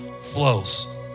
flows